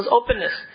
openness